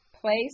place